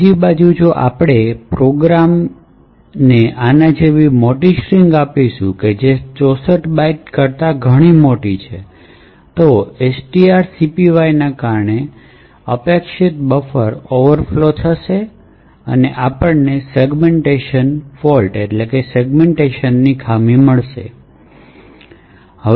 બીજી બાજુ જો આપણે પ્રોગ્રામને આના જેવી મોટી સ્ટ્રિંગ આપીશું જે 64 બાઇટ્સ કરતા ધણી મોટી છે તો પછી સ્ટ્ર્ક્પીને કારણે અપેક્ષિત બફર ઓવરફ્લો થાય છે અને આપણને સેગમેન્ટેશન ખામી મળે છે